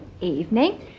Evening